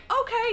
okay